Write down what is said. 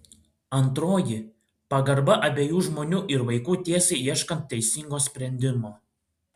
antroji pagarba abiejų žmonių ir vaikų tiesai ieškant teisingo sprendimo